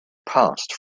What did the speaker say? passed